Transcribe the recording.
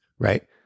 right